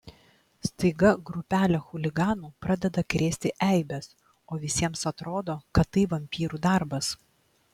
staiga grupelė chuliganų pradeda krėsti eibes o visiems atrodo kad tai vampyrų darbas